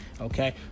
Okay